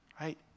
right